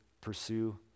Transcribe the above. pursue